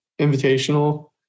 invitational